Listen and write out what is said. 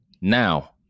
Now